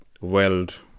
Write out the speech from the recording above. Weld